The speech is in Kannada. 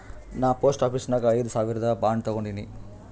ನಾ ಪೋಸ್ಟ್ ಆಫೀಸ್ ನಾಗ್ ಐಯ್ದ ಸಾವಿರ್ದು ಬಾಂಡ್ ತಗೊಂಡಿನಿ